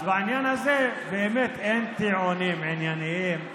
אז בעניין הזה, באמת אין טיעונים ענייניים,